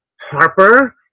Harper